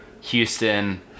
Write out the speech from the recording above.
houston